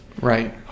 Right